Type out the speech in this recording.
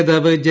നേതാവ് ജെ